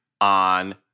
on